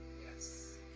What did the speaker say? Yes